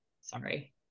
Sorry